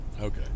okay